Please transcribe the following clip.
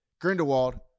Grindelwald